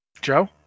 Joe